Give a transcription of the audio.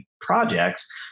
projects